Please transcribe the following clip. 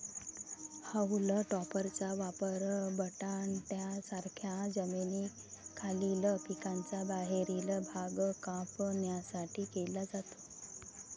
haulm टॉपरचा वापर बटाट्यांसारख्या जमिनीखालील पिकांचा बाहेरील भाग कापण्यासाठी केला जातो